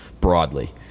broadly